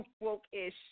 Woke-ish